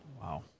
Wow